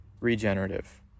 Regenerative